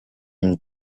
and